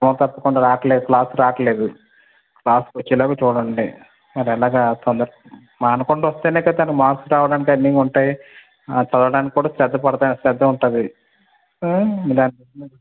రోజు తప్పకుండా రావటం లేదు క్లాసుకి రావటం లేదు క్లాసుకి వచ్చేలాగా చూడండి మరి అలాగా తొందరగా మానకుండా వస్తేనే కదా మార్క్స్ రావడానికి అన్ని ఉంటాయి చదవడానికి కూడా శ్రద్ద పుడతా శ్రద్ద ఉంటుంది దాని బట్టి